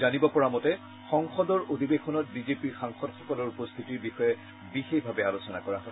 জানিব পৰা মতে সংসদৰ অধিৱেশনত বিজেপি সাংসদসকলৰ উপস্থিতিৰ বিষয়ে বিশেষভাৱে আলোচনা কৰা হয়